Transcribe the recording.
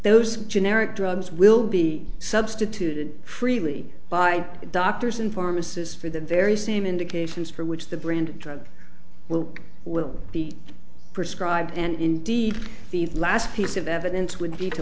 those generic drugs will be substituted freely by doctors and pharmacists for the very same indications for which the brand drug will will be prescribed and indeed the last piece of evidence would be to